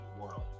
World